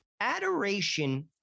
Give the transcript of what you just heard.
adoration